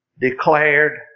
declared